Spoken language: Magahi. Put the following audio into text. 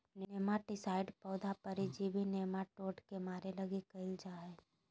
नेमाटीसाइड्स पौधा परजीवी नेमाटोड के मारे ले प्रयोग कयल जा हइ